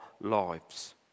lives